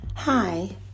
Hi